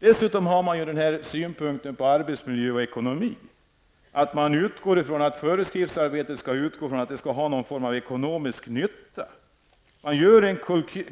Dessutom finns det synpunkter på arbetsmiljö och ekonomi. Man utgår ifrån att föreskriftsarbetet skall medföra någon form av ekonomisk nytta. Man gör en